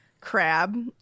Crab